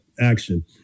action